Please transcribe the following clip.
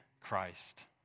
Christ